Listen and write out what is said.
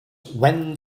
when